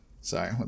sorry